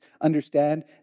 understand